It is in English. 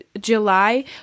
july